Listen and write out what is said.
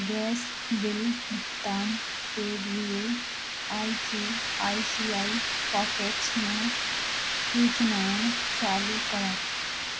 gas bill भुगतान के लिए I C I C I pockets में सूचनाएँ चालू करें